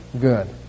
good